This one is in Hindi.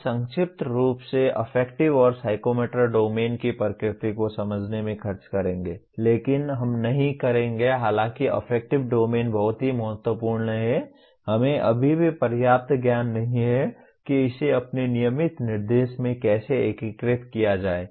हम संक्षिप्त रूप से अफेक्टिव और साइकोमोटर डोमेन की प्रकृति को समझने में खर्च करेंगे लेकिन हम नहीं करेंगे हालांकि अफेक्टिव डोमेन बहुत महत्वपूर्ण है हमें अभी भी पर्याप्त ज्ञान नहीं है कि इसे अपने नियमित निर्देश में कैसे एकीकृत किया जाए